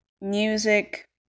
Music